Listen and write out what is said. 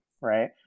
right